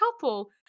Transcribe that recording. Couple